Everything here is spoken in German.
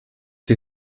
sie